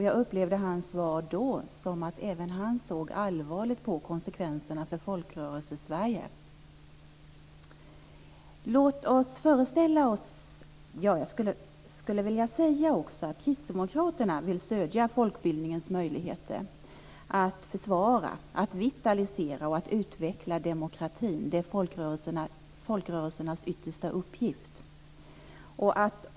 Jag upplevde hans svar då så att även han såg allvarligt på konsekvenserna för Folkrörelsesverige. Jag skulle också vilja säga att kristdemokraterna vill stödja folkbildningens möjligheter att försvara, vitalisera och utveckla demokratin; det är folkrörelsernas yttersta uppgift.